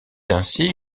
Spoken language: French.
ainsi